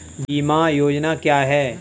बीमा योजना क्या है?